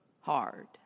hard